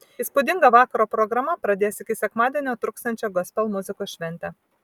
įspūdinga vakaro programa pradės iki sekmadienio truksiančią gospel muzikos šventę